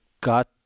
got